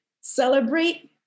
celebrate